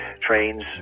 trains